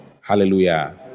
Hallelujah